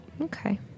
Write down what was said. Okay